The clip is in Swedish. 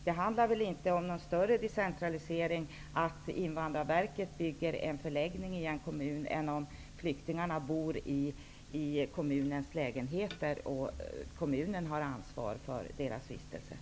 Det innebär väl ingen större decentralisering om flyktingarna bor i en förläggning som Invandrarverket har byggt i en kommun jämfört med om flyktingarna bor i kommunens lägenheter och kommunen har ansvar för vistelsen.